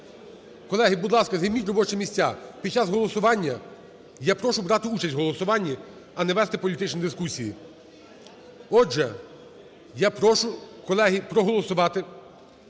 Колеги, будь ласка, займіть робочі місця. Під час голосування я прошу брати участь в голосування, а не вести політичні дискусії. Отже, я прошу, колеги, проголосувати